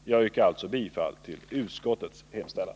Jag yrkar alltså bifall till utskottets hemställan.